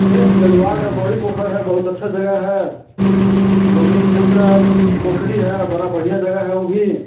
ये जज्वार का बॉडी पोखर है बहुत अच्छी जगह है गोविंद चोक का पोखरी है बहुत बड़ा बढ़िया जगाह है वह भी